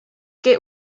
que